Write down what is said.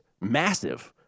massive